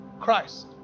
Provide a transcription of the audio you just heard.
Christ